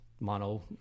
Mono